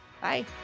bye